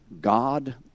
God